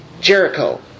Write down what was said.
Jericho